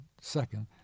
second